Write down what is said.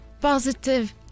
positive